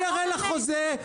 אני אראה לך חוזה.